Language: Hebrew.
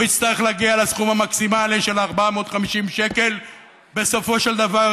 והוא יצטרך להגיע לסכום המקסימלי של 450 שקל בסופו של דבר,